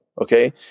Okay